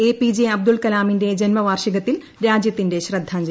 A P J Abdul കലാമിന്റെ ജന്മവാർഷികത്തിൽ രാജ്യത്തിന്റെ ശ്രദ്ധാഞ്ജലി